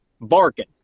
Barking